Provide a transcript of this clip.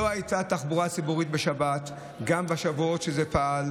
לא הייתה תחבורה ציבורית בשבת גם בשבועות שזה פעל.